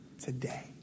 Today